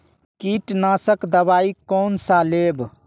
कीट नाशक दवाई कोन सा लेब?